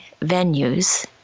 venues